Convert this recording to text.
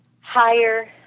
higher